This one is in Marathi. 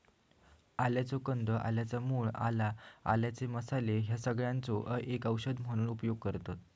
आल्याचो कंद, आल्याच्या मूळ, आला, आल्याचे मसाले ह्या सगळ्यांचो लोका औषध म्हणून उपयोग करतत